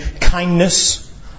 kindness